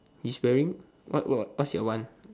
he's wearing what what what what's your one